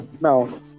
No